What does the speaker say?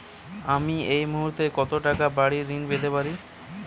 আমি এই মুহূর্তে কত টাকা বাড়ীর ঋণ পেতে পারি?